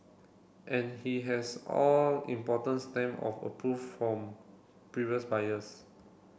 and he has all important stamp of approve from previous buyers